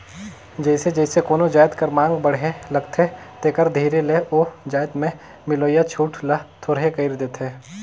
जइसे जइसे कोनो जाएत कर मांग बढ़े लगथे तेकर धीरे ले ओ जाएत में मिलोइया छूट ल थोरहें कइर देथे